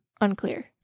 Unclear